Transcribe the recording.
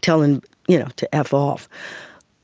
tell them you know to ah f-off.